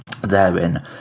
therein